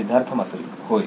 सिद्धार्थ मातुरी होय